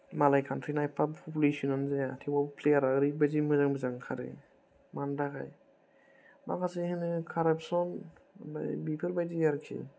मालाय काउनट्रिना एफा पपुलेसनानो जाया थेवबो प्लेयारा ओरैबायदि मोजां मोजां ओंखारो मानि थाखाय माखासे होनो काराप्सन माने बेफोरबायदि आरोखि